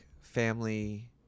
family